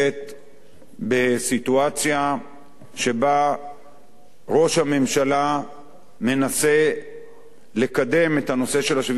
בסיטואציה שבה ראש הממשלה מנסה לקדם את הנושא של השוויון בנטל,